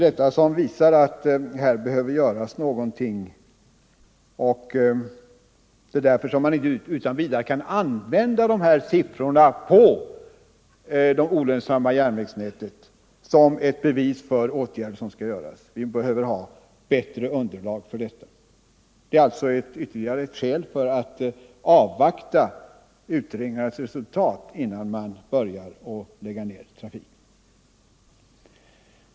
— Det visar att någonting behöver göras och att man inte utan vidare kan använda siffrorna för det olönsamma järnvägsnätet som bevis för att de åtgärder man vill vidta är nödvändiga. Vi behöver få ett bättre underlag för bedömningen av dessa frågor. Detta är alltså ytterligare ett skäl att avvakta utredningarnas resultat innan trafik läggs ned.